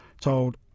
told